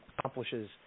Accomplishes